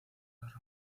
guerra